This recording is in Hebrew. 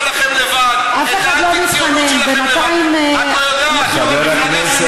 למה אתם שולחים לנו נציגים בכל יומיים